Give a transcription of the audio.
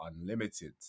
Unlimited